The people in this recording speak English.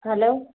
hello